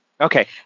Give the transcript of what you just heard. Okay